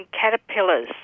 caterpillars